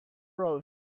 road